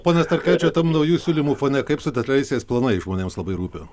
pone starkevičiau tam naujų siūlymų fone kaip su detaliaisiais planais žmonėms labai rūpi